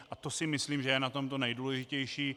A to si myslím, že je na tom to nejdůležitější.